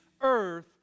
earth